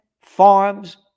farms